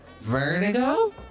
Vertigo